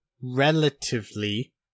relatively